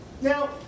Now